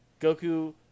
Goku